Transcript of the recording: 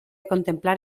contemplar